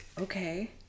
Okay